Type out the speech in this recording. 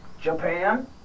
Japan